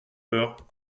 peur